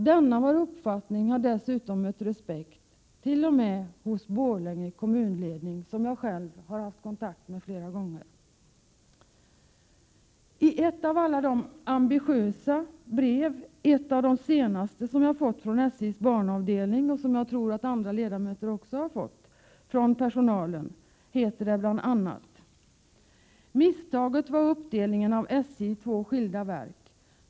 Denna vår uppfattning har dessutom mött respekt t.o.m. hos Borlänge kommunledning, som jag har haft kontakt med flera gånger. Iett av de senaste av alla de ambitiösa brev som jag fått från personalen vid SJ:s banavdelning, och som jag tror att andra ledamöter också har fått, heter det bl.a.: ”Misstaget var uppdelningen av SJ i två skilda verk.